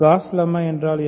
cos lemma என்றால் என்ன